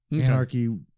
Anarchy